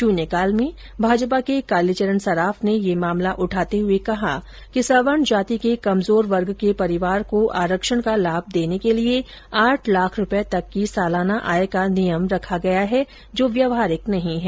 शुन्यकाल में भाजपा के कालीचरण सराफ ने यह मामला उठाते हए कहा कि सवर्ण जाति के कमजोर वर्ग के परिवार को आरक्षण का लाभ देने के लिए आठ लाख रूपए तक की सालाना आय का नियम रखा गया है जो व्यवहारिक नहीं है